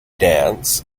dance